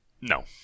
No